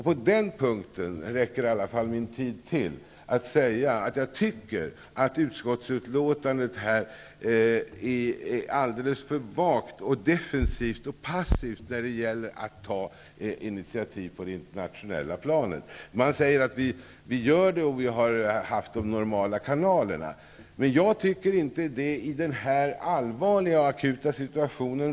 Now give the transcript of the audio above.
På den punkten vill jag bara säga att jag tycker att utskottets utlåtande här är alldeles för vagt, defensivt och passivt när det gäller att ta initiativ på det internationella planet. Man säger att så sker och att det har varit fråga om de normala kanalerna. Men jag tycker inte att det räcker i den här allvarliga och akuta situationen.